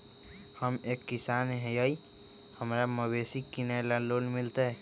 हम एक किसान हिए हमरा मवेसी किनैले लोन मिलतै?